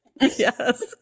Yes